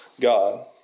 God